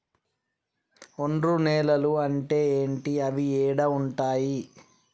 ఒండ్రు నేలలు అంటే ఏంటి? అవి ఏడ ఉంటాయి?